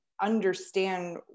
understand